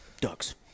ducks